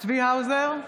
צבי האוזר,